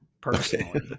personally